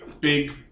big